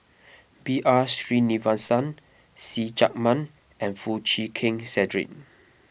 B R Sreenivasan See Chak Mun and Foo Chee Keng Cedric